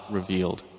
revealed